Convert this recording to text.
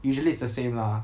usually it's the same lah